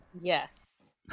yes